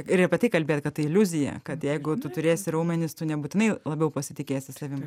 ir apie tai kalbėti kad tai iliuzija kad jeigu tu turėsi raumenis tu nebūtinai labiau pasitikėsi savim